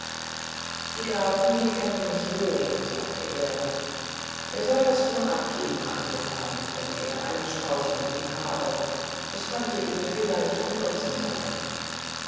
die grafen hier kennen mich wohl sagte er er solle das nur abgeben an dürande wenn er einen strauß mit ihm habe es könnte ihm vielleicht von nutzen sein